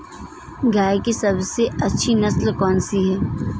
गाय की सबसे अच्छी नस्ल कौनसी है?